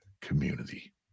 community